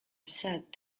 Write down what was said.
said